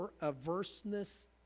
averseness